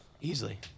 easily